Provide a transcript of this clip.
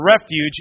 refuge